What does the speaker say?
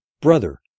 Brother